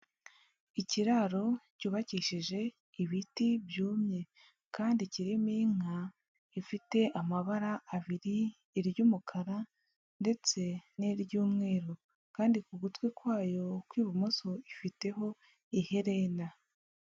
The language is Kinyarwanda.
Ikiraro cyubakishije ibiti byumye kandi kirimo inka ifite amabara abiri iry'umukara ndetse n'iry'umweru, kandi ku gutwi kwayo kw'ibumoso ifiteho iherena.